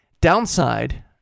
Downside